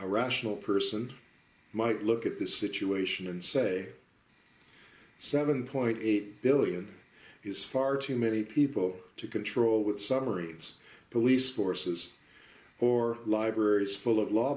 a rational person might look at the situation and say seven point eight is far too many people to control with submarines police forces or libraries full of l